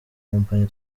kompanyi